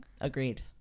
Agreed